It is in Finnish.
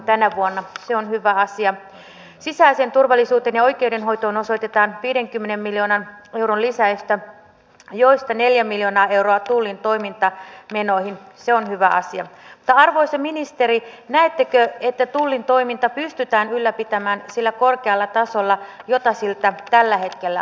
edustaja hannu hoskonen käytti tuossa äsken erittäin ansiokkaan puheenvuoron ja listasi siinä muutaman sellaisen kansallisesti merkittävän ja jopa euroopan laajuisesti merkittävän hankkeen joille pitäisi pyrkiä saamaan unionin rahoitusta päästä tähän niin sanottuun ten t verkostoon euroopan mantereen laajuisiksi väyliksi